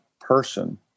person